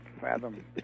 fathom